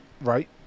Right